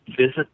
visit